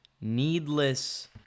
needless